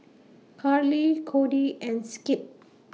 Karly Kody and Skip